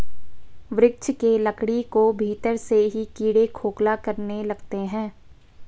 वृक्ष के लकड़ी को भीतर से ही कीड़े खोखला करने लगते हैं